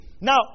Now